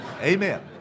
Amen